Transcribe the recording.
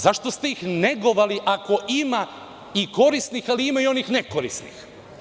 Zašto ste ih negovali, ako ima i korisnih, ali ima i onih nekorisnih?